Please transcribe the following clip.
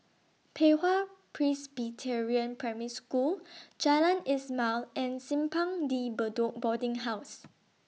Pei Hwa Presbyterian Primary School Jalan Ismail and Simpang De Bedok Boarding House